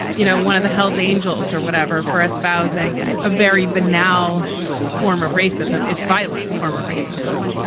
you know, one of the hells angels or whatever for espousing a very banal form of racism, if violent form of racism.